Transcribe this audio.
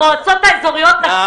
המועצות האזוריות לקחו ממנה הכול.